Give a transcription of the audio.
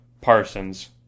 Parsons